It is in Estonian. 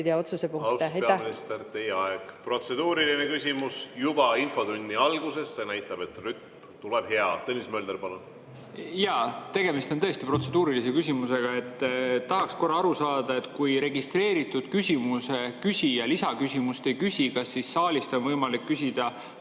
Jaa, tegemist on tõesti protseduurilise küsimusega. Tahaks aru saada: kui registreeritud küsimuse küsija lisaküsimust ei küsi, siis kas saalist on võimalik küsida